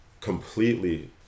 completely